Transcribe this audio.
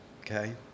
okay